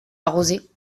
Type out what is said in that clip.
arroser